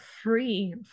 free